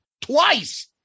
twice